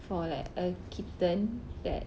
for like a kitten that